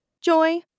Joy